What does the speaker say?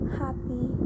happy